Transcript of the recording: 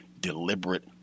deliberate